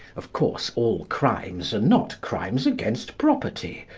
of course, all crimes are not crimes against property,